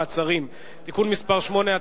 מעצרים) (תיקון מס' 8),